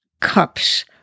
cups